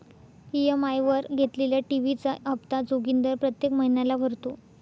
EMI वर घेतलेल्या TV चा हप्ता जोगिंदर प्रत्येक महिन्याला भरतो